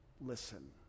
Listen